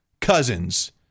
Cousins